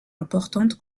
importante